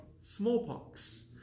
smallpox